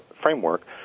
framework